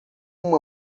uma